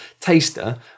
taster